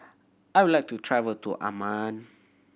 I would like to travel to Amman